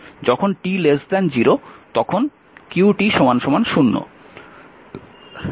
যখন t 0 তখন q 0